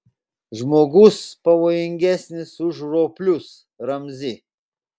žmogus pavojingesnis už roplius ramzi